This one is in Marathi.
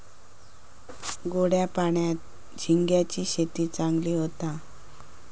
गोड्या पाण्यात झिंग्यांची शेती चांगली होता